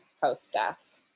post-death